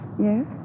Yes